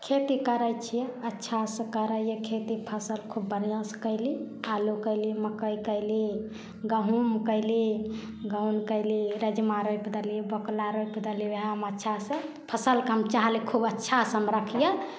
खेती करै छिए अच्छासँ करैए खेती फसिल खूब बढ़िआँसँ कएली आलू कएली मकइ कएली गहूम कएली गहूम कएली राजमा रोपि देली बोकला रोपि देली वएहमे अच्छासँ फसिलके हम चाहली खूब अच्छासँ हम रखिए